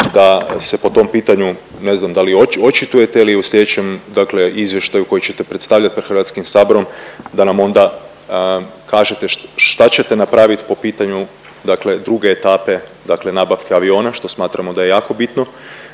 da se po tom pitanju ne znam da li očitujete ili u sljedećem, dakle izvještaju koji ćete predstavljati pred Hrvatskim saborom da nam onda kažete šta ćete napraviti po pitanju, dakle druge etape, dakle nabavke aviona što smatramo da je jako bitno